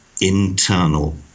internal